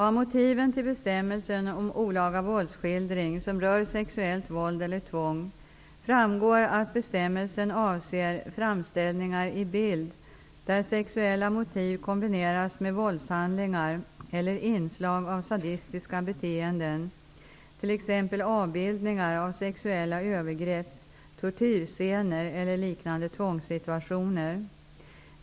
Av motiven till bestämmelsen om olaga våldsskildring som rör sexuellt våld eller tvång, framgår att bestämmelsen avser framställningar i bild där sexuella motiv kombineras med våldshandlingar eller inslag av sadistiska beteenden, t.ex. avbildningar av sexuella övergrepp, tortyrscener eller liknande tvångssituationer.